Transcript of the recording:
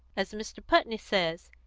as mr. putney says,